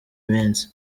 minsi